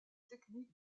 technique